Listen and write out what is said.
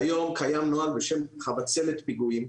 והיום קיים נוהל בשם חבצלת פיגועים,